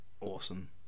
awesome